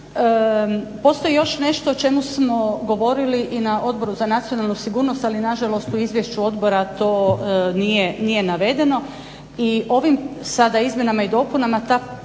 Postoji još nešto o čemu smo govorili i na Odboru za nacionalnu sigurnost, ali nažalost u izvješću odbora to nije navedeno i ovim sada izmjenama i dopunama ta